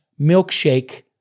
milkshake